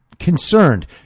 concerned